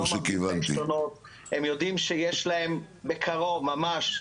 הם יודעים שיש להם בקרוב ממש,